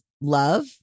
love